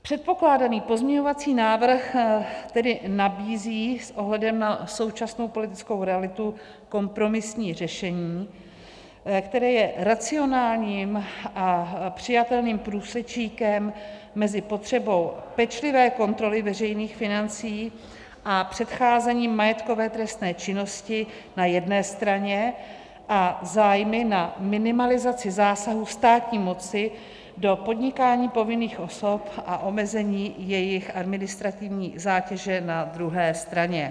Předkládaný pozměňovací návrh tedy nabízí s ohledem na současnou politickou realitu kompromisní řešení, které je racionálním a přijatelným průsečíkem mezi potřebou pečlivé kontroly veřejných financí a předcházením majetkové trestné činnosti na jedné straně a zájmy na minimalizaci zásahů státní moci do podnikání povinných osob a omezení jejich administrativní zátěže na druhé straně.